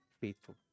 faithful